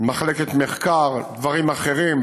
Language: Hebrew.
מחלקת מחקר, דברים אחרים.